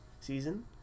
season